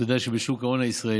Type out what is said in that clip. אתה יודע שבשוק ההון הישראלי